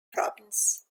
province